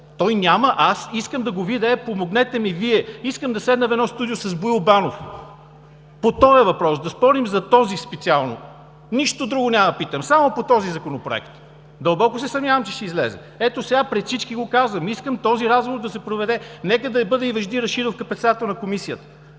себе си. Аз искам да го видя. Помогнете ми Вие – искам да седнем в едно студио с Боил Банов по този въпрос, да спорим за този специално. Нищо друго няма да питам, само по този законопроект. Дълбоко се съмнявам, че ще излезе. Ето, сега пред всички го казвам – искам този разговор да се проведе, нека да бъде и Вежди Рашидов като председател на Комисията.